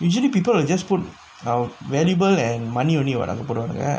usually people will just put um valuable and money only [what] அங்க போடுவாங்க:angga poduvaangga